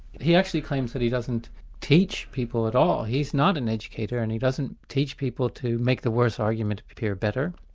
he actually claims that he doesn't teach people at all, he's not an educator, and he doesn't teach people to make the worse argument appear better.